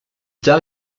tard